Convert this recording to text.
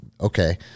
okay